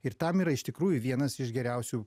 ir tam yra iš tikrųjų vienas iš geriausių